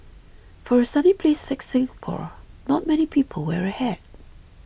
for a sunny place like Singapore not many people wear a hat